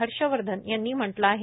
हर्षवर्धन यांनी म्हटलं आहे